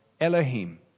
Elohim